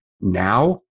now